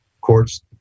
courts